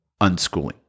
unschooling